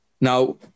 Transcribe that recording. Now